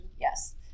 Yes